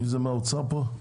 מי מהאוצר פה?